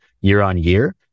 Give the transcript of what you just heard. year-on-year